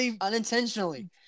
unintentionally